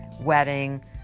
wedding